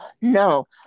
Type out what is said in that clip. No